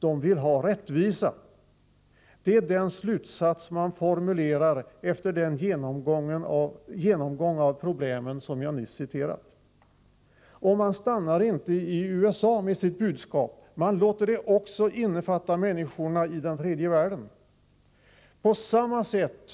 De vill ha rättvisa.” Detta är den slutsats man formulerar efter den genomgång av problemen som jag nyss citerat. Och man stannar inte i USA med sitt budskap. Man låter det också innefatta människorna i den tredje världen; på samma sätt